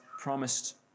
promised